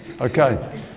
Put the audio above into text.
Okay